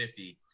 50